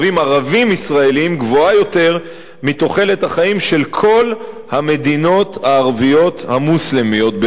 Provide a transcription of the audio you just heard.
ישראלים גבוהה יותר מתוחלת החיים בכל המדינות הערביות המוסלמיות באזורנו,